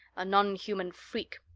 a nonhuman freak!